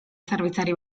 zerbitzari